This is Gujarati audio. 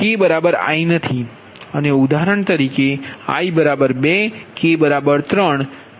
તો અહીયા k i નથી અને ઉદાહરણ તરીકે i 2 k 3 એટલે તે બરાબર નથી